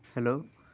hello